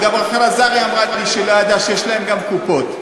גם רחל עזריה אמרה לי שהיא לא ידעה שיש להם גם קופות.